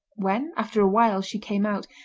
when, after a while, she came out,